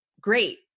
great